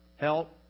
help